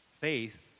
Faith